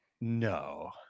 no